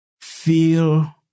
feel